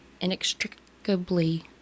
inextricably